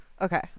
okay